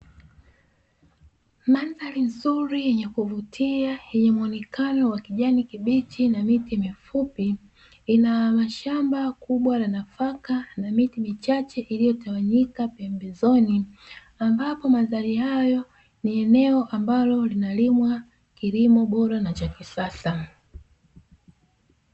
Mandhari nzuri ya kuvutia yenye muonekano wa kijani kibichi na miti mifupi ina shamba kubwa la nafaka na miti michache iliyotawanyika pembezoni, ambapo mandhari hayo ni eneo ambalo linalolimwa kilimo bora na cha kisasa.